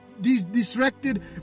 distracted